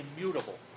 immutable